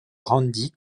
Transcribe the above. randy